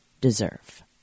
deserve